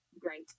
great